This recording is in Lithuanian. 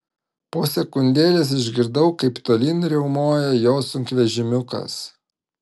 po sekundėlės išgirdau kaip tolyn riaumoja jo sunkvežimiukas